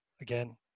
again